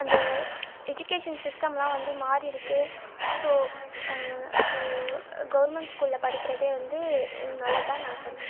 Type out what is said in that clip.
அந்த எஜுகேஷன் சிஸ்டம்லாம் வந்து மாறி இருக்கு ஸோ ஸோ கவர்மெண்ட் ஸ்கூலில் படிக்கிறதே வந்து நல்லதுதான் நான் சொல்லுவேன்